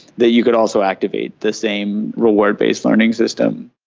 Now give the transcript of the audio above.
that you can also activate the same reward-based learning system.